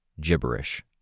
Gibberish